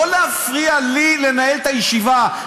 לא להפריע לי לנהל את הישיבה.